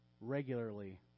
regularly